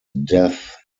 death